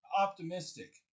optimistic